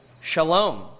shalom